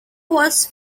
was